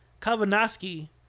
Kavanowski